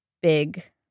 big